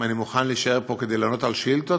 אם אני מוכן להישאר פה כדי לענות על שאילתות,